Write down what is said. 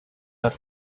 are